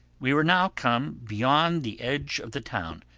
we were now come beyond the edge of the town.